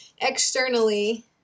externally